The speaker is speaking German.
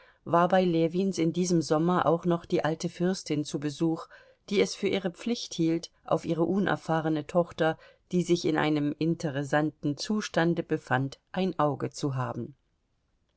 war bei ljewins in diesem sommer auch noch die alte fürstin zu besuch die es für ihre pflicht hielt auf ihre unerfahrene tochter die sich in einem interessanten zustande befand ein auge zu haben